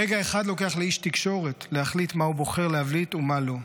רגע אחד לוקח לאיש תקשורת להחליט מה הוא בוחר להבליט ומה לא,